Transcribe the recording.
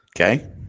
Okay